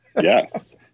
Yes